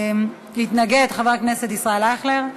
יתנגד חבר הכנסת ישראל אייכלר.